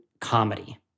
comedy